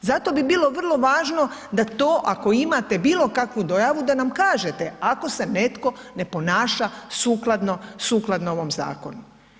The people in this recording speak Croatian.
Zato bi bilo vrlo važno da to ako imate bilo kakvu dojavu da nam kažete ako se netko ne ponaša sukladno ovom zakonu.